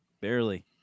Barely